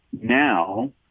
now